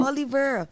Oliver